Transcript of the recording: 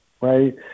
right